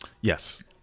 Yes